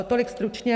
Tolik stručně.